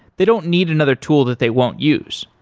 they don't need another tool that they won't use.